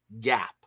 gap